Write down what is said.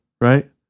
right